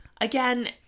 again